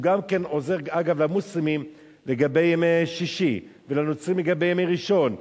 הוא גם כן עוזר למוסלמים לגבי ימי שישי ולנוצרים לגבי ימי ראשון.